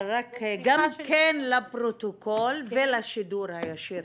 אבל גם כן לפרוטוקול ולשידור הישיר